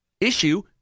issue